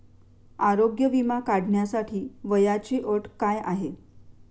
आरोग्य विमा काढण्यासाठी वयाची अट काय आहे?